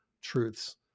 truths